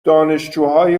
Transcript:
دانشجوهای